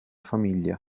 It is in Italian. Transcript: famiglia